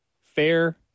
fair